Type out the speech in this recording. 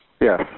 Yes